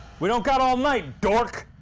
we don't got all night, dork!